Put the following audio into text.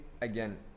again